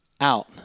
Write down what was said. out